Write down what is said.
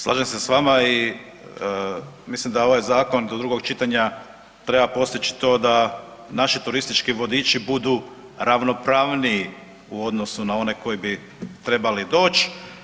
Slažem se s vama i mislim da ovaj Zakon do drugog čitanja treba postići to da naši turistički vodiči budu ravnopravniji u odnosu na one koji bi trebali doći.